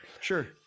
sure